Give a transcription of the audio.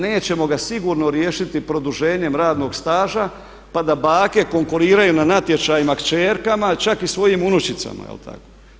Nećemo ga sigurno riješiti produženjem radnog staža pa da bake konkuriraju na natječajima kćerkama, čak i svojim unučicama jel tako.